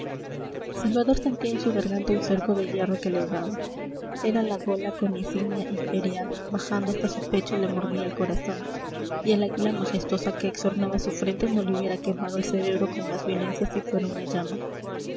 sentía en su garganta un cerco de hierro que le ahogaba era la gola con la insignia imperial bajando hasta su pecho le mordía el corazón y el águila majestuosa que exornaba su frente no le hubiera quemado el cerebro con más violencia si fuera una llama